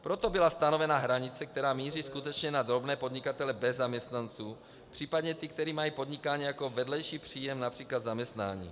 Proto byla stanovena hranice, která míří skutečně na drobné podnikatele bez zaměstnanců, případně ty, kteří mají podnikání jako vedlejší příjem například zaměstnání.